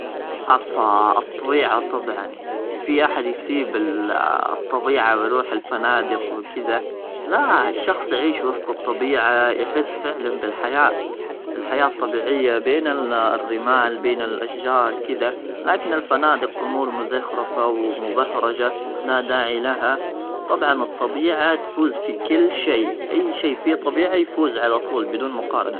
افا الطبيعه طبعا في احد يسيب الطبيعه يروح الفنادق وكذا لا الشخص يعيش وسط الطبيعه يحس فعلا بالحياه الحياه الطبيعيه بين الرمال بين الاشجار كذا ,لكن الفنادق امور مزخرفه ومبهجه لا داعي لها طبعا الطبيعه تفوز في كل شيء اي شيء في طبيعي يفوز على طول بدون مقابله.